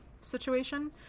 situation